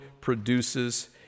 produces